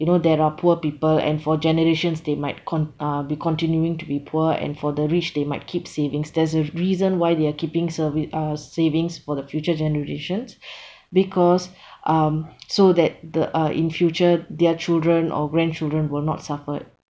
you know there are poor people and for generations they might con~ uh be continuing to be poor and for the rich they might keep savings there's a reason why they are keeping servi~ uh savings for the future generations because um so that the uh in future their children or grandchildren will not suffer